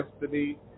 destiny